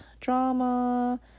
drama